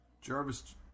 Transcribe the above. Jarvis